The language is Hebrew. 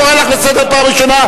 קורא אותך לסדר פעם ראשונה.